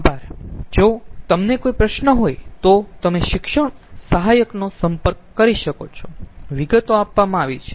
આભાર જો તમને કોઈ પ્રશ્ન હોય તો તમે શિક્ષણ સહાયકોનો સંપર્ક કરી શકો છો વિગતો આપવામાં આવી છે